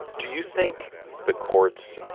do you think the courts,